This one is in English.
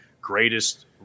greatest